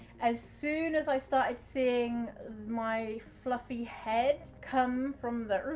as soon as i started seeing my fluffy head come from the